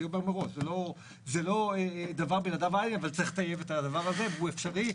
אני מראש שזה לא דבר --- אבל צריך לטייב את הדבר הזה והוא אפשרי,